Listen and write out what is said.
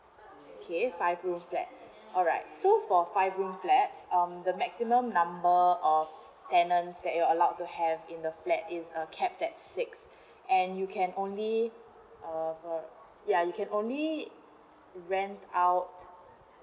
okay five room flat alright so for five room flats um the maximum number of tenants that you're allowed to have in the flat is uh capped at six and you can only uh ya you can only rent out